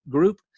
Group